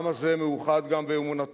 העם הזה מאוחד גם באמונתו